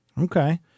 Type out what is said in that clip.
Okay